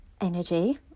energy